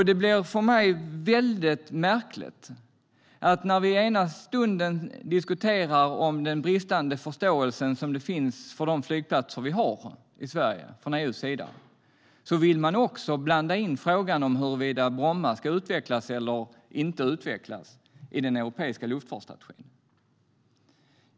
Det blir för mig väldigt märkligt att man i ena stunden diskuterar den bristande förståelsen hos EU för de flygplatser vi har i Sverige och i nästa stund vill blanda in frågan om Bromma ska utvecklas eller inte i den europeiska luftfartsstrategin.